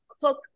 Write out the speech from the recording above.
cook